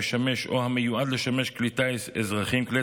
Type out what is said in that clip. המשמש או המיועד לשמש כלי טיס אזרחיים,